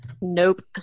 Nope